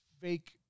fake